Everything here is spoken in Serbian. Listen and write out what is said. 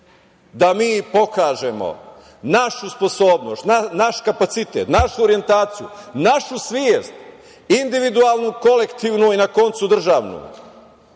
da mi pokažemo našu sposobnost, naš kapacitet, našu orijentaciju, našu svest individualnu, kolektivnu i, na koncu, državnu,